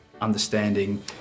understanding